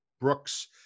Brooks